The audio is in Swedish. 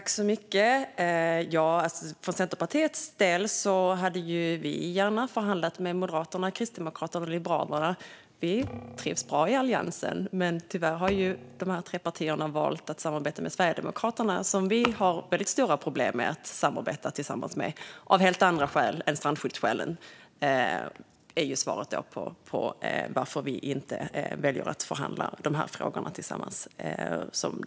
Fru talman! För Centerpartiets del hade vi gärna förhandlat med Moderaterna, Kristdemokraterna och Liberalerna. Vi trivs bra i Alliansen. Men tyvärr har dessa tre partier valt att samarbeta med Sverigedemokraterna, som vi har väldigt stora problem att samarbeta med av helt andra skäl än strandskyddsskälen. Det är svaret på varför vi inte väljer att förhandla om de här frågorna tillsammans.